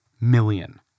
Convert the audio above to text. million